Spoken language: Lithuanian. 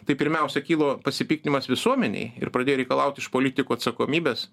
tai pirmiausia kilo pasipiktinimas visuomenėj ir pradėjo reikalaut iš politikų atsakomybės